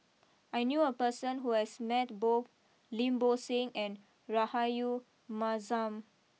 I knew a person who has met both Lim Bo Seng and Rahayu Mahzam